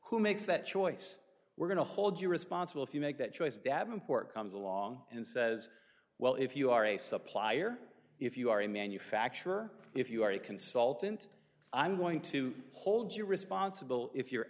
who makes that choice we're going to hold you responsible if you make that choice davenport comes along and says well if you are a supplier if you are a manufacturer if you are a consultant i'm going to hold you responsible if you're